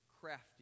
crafty